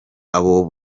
abo